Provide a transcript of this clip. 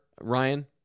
Ryan